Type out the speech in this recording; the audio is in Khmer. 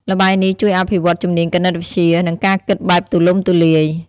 ល្បែងនេះជួយអភិវឌ្ឍជំនាញគណិតវិទ្យា និងការគិតបែបទូលំទូលាយ។